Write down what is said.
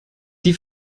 die